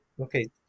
okay